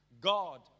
God